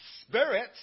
spirit